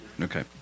Okay